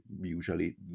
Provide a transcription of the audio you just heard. usually